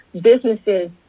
businesses